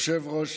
היושב-ראש,